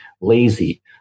lazy